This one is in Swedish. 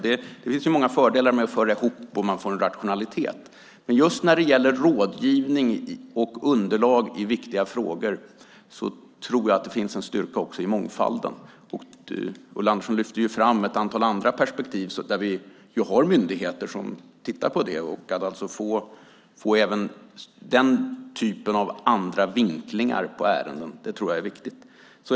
Det finns många fördelar med att föra ihop och få en rationalitet, men just när det gäller rådgivning och underlag i viktiga frågor tror jag att det finns en styrka också i mångfalden. Ulla Andersson lyfter fram ett antal andra perspektiv där vi har myndigheter som tittar på det så att vi även får den typen av andra vinklingar på ärenden.